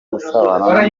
gusambana